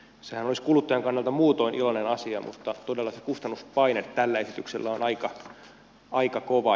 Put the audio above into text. sehän olisi kuluttajan kannalta muutoin iloinen asia mutta todella se kustannuspaine tällä esityksellä on aika kova